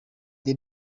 the